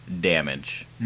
damage